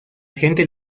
gente